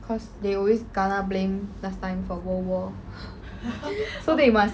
cause they always kena blame last time for world war so they must